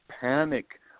panic